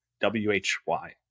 W-H-Y